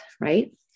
right